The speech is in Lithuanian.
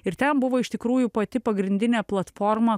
ir ten buvo iš tikrųjų pati pagrindinė platforma